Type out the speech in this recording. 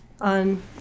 on